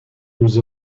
nous